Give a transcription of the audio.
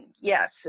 yes